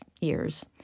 years